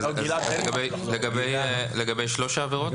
זה לגבי שלוש העבירות?